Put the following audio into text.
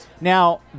Now